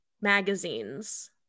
magazines